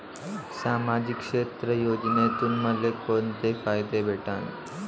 सामाजिक क्षेत्र योजनेतून मले कोंते फायदे भेटन?